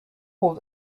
would